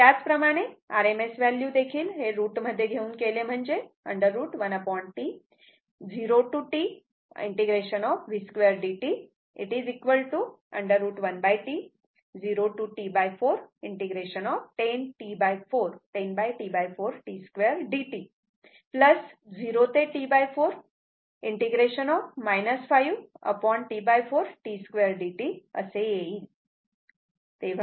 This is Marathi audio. त्याच प्रमाणे RMS व्हॅल्यू देखील हे रूट मध्ये घेऊन केले म्हणजे √1T 0 ते T ∫ V2 dt √ 1T 0 ते T4 ∫ 10 T4 t2 dt 0 ते T4 ∫ 5 T4 t2 dt असे येईल